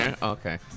Okay